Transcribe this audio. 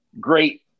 Great